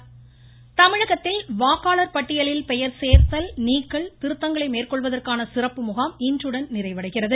வாக்காளர் பட்டியல் தமிழகத்தில் வாக்காளர் பட்டியலில் பெயர் சேர்த்தல் நீக்கல் திருத்தங்களை மேற்கொள்வதற்கான சிறப்பு முகாம் இன்றுடன் நிறைவடைகிறது